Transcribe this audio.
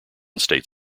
state